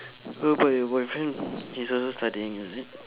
how about your boyfriend he's also studying is it